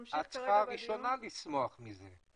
היא בפניות הציבור, היא צריכה ראשונה לשמוח מזה.